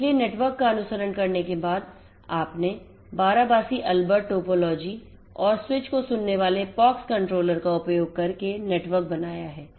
इसलिए नेटवर्क का अनुकरण करने के बाद आपने Barabasi Albert topologyऔर स्विच को सुनने वाले पॉक्स कंट्रोलर का उपयोग करके नेटवर्क बनाया है